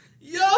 yo